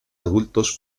adultos